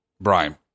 Brian